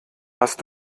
hast